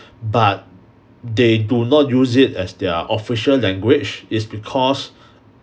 but they do not use it as their official language it's because